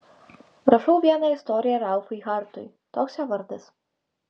rašau vieną istoriją ralfai hartui toks jo vardas